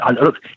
look